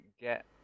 get